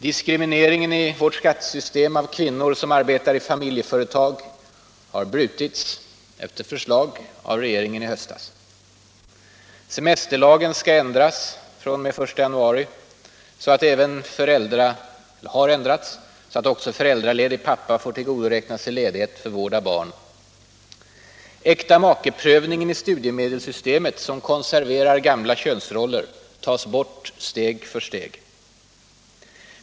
Diskrimineringen i vårt skattesystem av kvinnor som arbetar i familjeföretag har brutits efter förslag av regeringen i höstas. Äktamakeprövningen i studiemedelssystemet, som konserverar gamla könsroller, tas bort steg för steg.